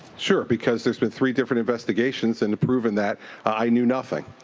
sure, because there has been three different investigations and proven that i knew nothing.